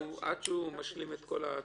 עד שהוא משלים את כל התשלום.